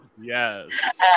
Yes